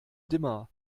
dimmer